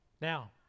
Now